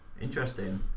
interesting